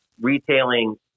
retailing